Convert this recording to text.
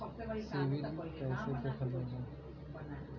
CIBIL कैसे देखल जाला?